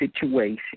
situation